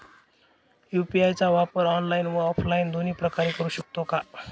UPI चा वापर online व ऑफलाईन दोन्ही प्रकारे करु शकतो का?